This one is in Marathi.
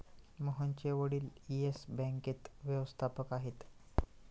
मोहनचे वडील येस बँकेत व्यवस्थापक आहेत